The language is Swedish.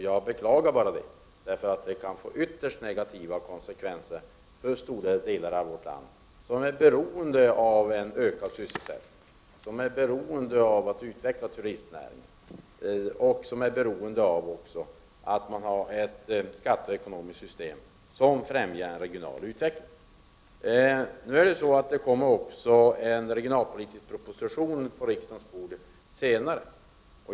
Jag beklagar detta eftersom det kan få ytterst negativa konsekvenser för stora delar av vårt land, som är beroende av en ökad sysselsättning, av att utveckla turistnäringen och av att man har ett skatteoch ekonomiskt system som främjar en regional utveckling. En regionalpolitisk proposition kommer senare att läggas fram på riksdagens bord.